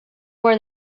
where